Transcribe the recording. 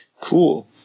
Cool